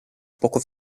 poco